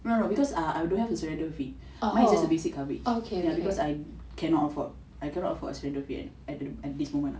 no no because I don't have surrender fees mine is just a basic coverage because I cannot afford surrender fees at this moment